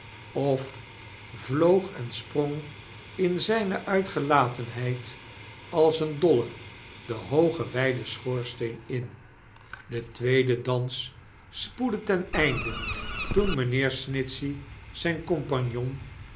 of vloog en sprang in zijne uitgelatenheid als een dolie den hoogen wijden schoorsteen in de tweede dans spoedde ten einde toen mijnheer snitchey zijn compagnon